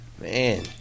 Man